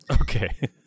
okay